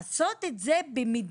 אבל לעשות את זה כמדיניות